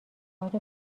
هات